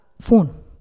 phone